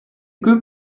group